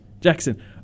Jackson